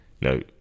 No